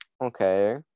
Okay